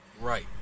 right